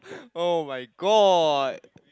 [oh]-my-god